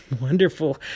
wonderful